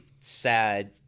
sad